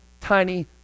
tiny